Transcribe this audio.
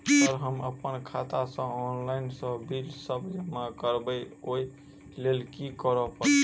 Sir हम अप्पन खाता सऽ ऑनलाइन सऽ बिल सब जमा करबैई ओई लैल की करऽ परतै?